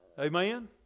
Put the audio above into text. amen